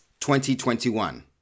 2021